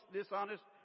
dishonest